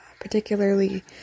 particularly